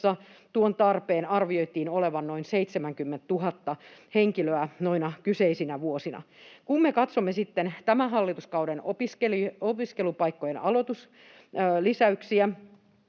tuon tarpeen arvioitiin olevan noin 70 000 henkilöä noina kyseisinä vuosina. Kun me katsomme sitten tämän hallituskauden opiskelupaikkojen aloituslisäyksiä,